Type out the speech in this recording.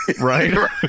Right